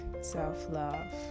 self-love